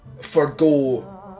forgo